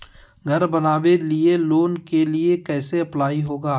घर बनावे लिय लोन के लिए कैसे अप्लाई होगा?